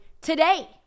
today